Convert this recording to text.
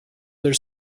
their